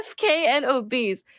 FKNOBs